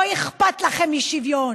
לא אכפת לכם משוויון,